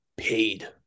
Paid